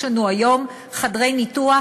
יש לנו היום חדרי ניתוח